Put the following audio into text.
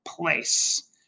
place